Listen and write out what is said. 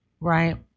Right